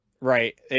Right